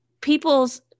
people's